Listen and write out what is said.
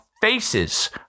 faces